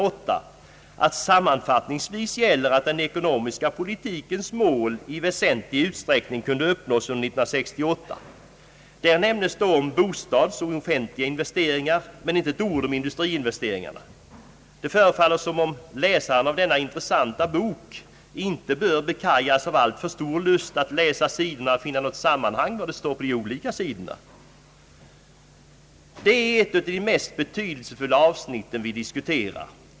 8: »Sammanfattningsvis gäller att den ekonomiska politikens mål i väsentlig utsträckning kunde uppnås under 1968.» Där omnämnes bostadsoch offentliga investeringar men inte ett ord om industriinvesteringarna. Det förefaller som om läsaren av denna intressanta bok inte bör bekajas av alltför stor lust att läsa sidorna och finna ett sammanhang! Detta är ett av de mest betydelsefulla avsnitten vi diskuterar.